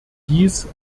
dies